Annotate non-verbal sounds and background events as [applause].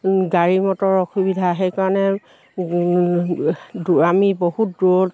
গাড়ী মটৰৰ অসুবিধা সেইকাৰণে [unintelligible] আমি বহুত দূৰত